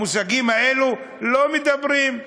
המושגים האלה לא מדברים,